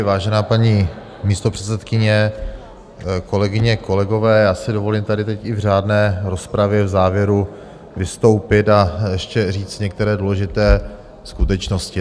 Vážená paní místopředsedkyně, kolegyně, kolegové, já si dovolím tady teď i v řádné rozpravě v závěru vystoupit a ještě říct některé důležité skutečnosti.